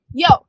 yo